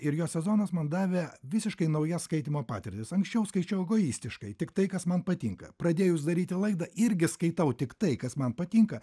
ir jos sezonas man davė visiškai naujas skaitymo patirtis anksčiau skaičiau egoistiškai tik tai kas man patinka pradėjus daryti laidą irgi skaitau tik tai kas man patinka